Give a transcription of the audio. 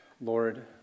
Lord